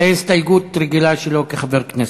זו הסתייגות רגילה שלו כחבר כנסת.